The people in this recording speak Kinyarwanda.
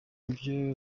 byo